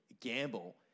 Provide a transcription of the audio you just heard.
gamble